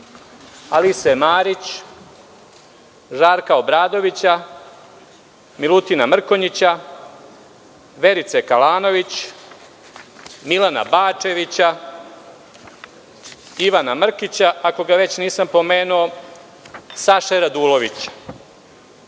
Alise Marić, Žarka Obradovića, Milutina Mrkonjića, Verice Kalanović, Milana Bačevića, Ivana Mrkića ako ga već nisam pomenuo, Saše Radulovića,